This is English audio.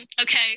okay